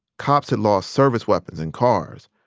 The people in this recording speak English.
cops had lost service weapons and cars,